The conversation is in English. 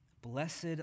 Blessed